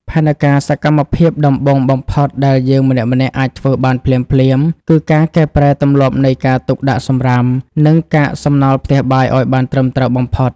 ផែនការសកម្មភាពដំបូងបំផុតដែលយើងម្នាក់ៗអាចធ្វើបានភ្លាមៗ គឺការកែប្រែទម្លាប់នៃការទុកដាក់សំរាម និងកាកសំណល់ផ្ទះបាយឱ្យបានត្រឹមត្រូវបំផុត។